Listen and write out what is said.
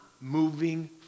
moving